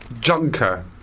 Junker